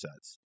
sets